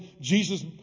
Jesus